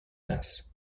nests